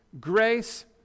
grace